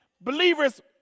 Believers